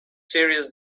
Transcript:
serious